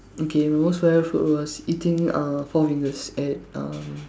okay my most memorable food was eating uh four fingers at um